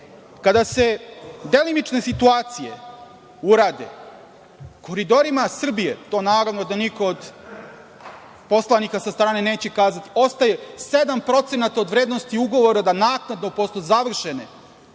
se delimične situacije urade, koridorima Srbije, naravno da niko od poslanika sa strane neće ukazati, ostaje 7% od vrednosti ugovora da naknadno posle završene